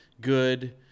good